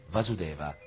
Vasudeva